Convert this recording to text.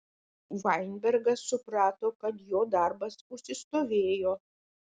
vainbergas suprato kad jo darbas užsistovėjo